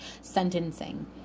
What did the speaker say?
sentencing